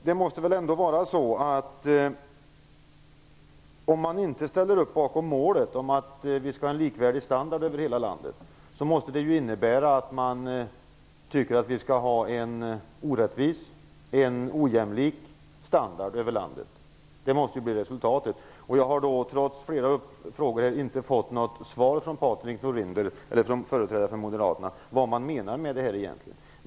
Det måste väl ändå vara så, att om man inte ställer upp bakom målet om att ha en likvärdig standard över hela landet måste det innebära att man tycker att vi skall ha en orättvis och en ojämlik standard över landet. Det måste bli resultatet. Jag har inte, trots att jag har ställt flera frågor, fått något svar från företrädare för Moderaterna vad man egentligen menar med det här.